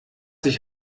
sich